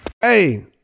Hey